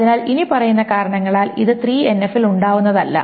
അതിനാൽ ഇനിപ്പറയുന്ന കാരണങ്ങളാൽ ഇത് 3NF ൽ ഉണ്ടാവുന്നതല്ല